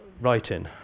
writing